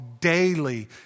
daily